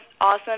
awesome